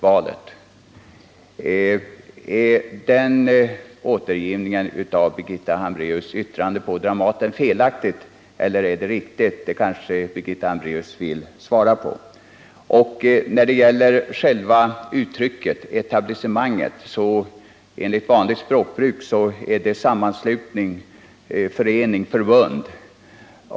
Om denna återgivning av Birgitta Hambraeus yttrande på Dramaten är felaktig eller riktig kanske hon kan tala om. Enligt vanligt språkbruk används ordet etablissemang för sammanslutning, förening eller förbund.